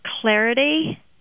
clarity